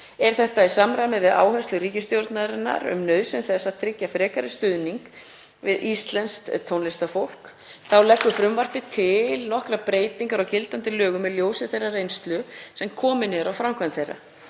Er þetta í samræmi við áherslur ríkisstjórnarinnar um nauðsyn þess að tryggja frekari stuðning við íslenskt tónlistarfólk. Þá leggur frumvarpið til nokkrar breytingar á gildandi lögum í ljósi þeirrar reynslu sem komin er á framkvæmd þeirra.